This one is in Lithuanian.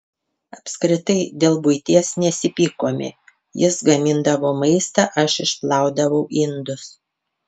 apskritai dėl buities nesipykome jis gamindavo maistą aš išplaudavau indus